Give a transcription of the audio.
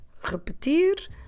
repetir